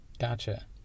Gotcha